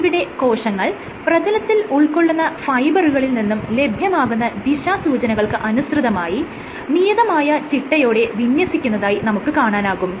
ഇവിടെ കോശങ്ങൾ പ്രതലത്തിൽ ഉൾകൊള്ളുന്ന ഫൈബറുകളിൽ നിന്നും ലഭ്യമാകുന്ന ദിശാസൂചനകൾക്ക് അനുസൃതമായി നിയതമായ ചിട്ടയോടെ വിന്യസിക്കുന്നതായി നമുക്ക് കാണാനാകും